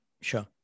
Sure